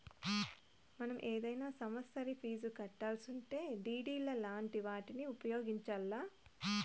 మనం ఏదైనా సమస్తరి ఫీజు కట్టాలిసుంటే డిడి లాంటి వాటిని ఉపయోగించాల్ల